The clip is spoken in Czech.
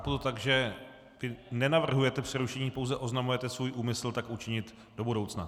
Chápu to tak, že vy nenavrhujete přerušení, pouze oznamujete svůj úmysl tak učinit do budoucna.